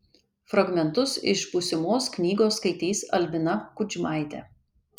fragmentus iš būsimos knygos skaitys albina kudžmaitė